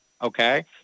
Okay